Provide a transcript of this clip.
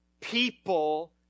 people